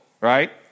right